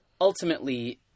Ultimately